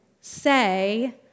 say